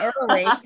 early